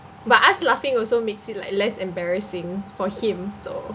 but us laughing also makes it like less embarrassing for him so